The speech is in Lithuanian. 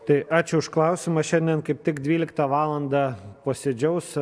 tai ačiū už klausimą šiandien kaip tik dvyliktą valandą posėdžiaus